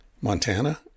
Montana